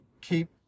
keep